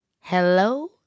hello